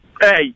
Hey